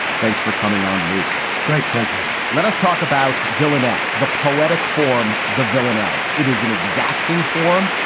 thanks for coming on, luke. great pleasure. let us talk about villanelle, the poetic form, the villanelle. it is an exacting form.